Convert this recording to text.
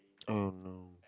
um no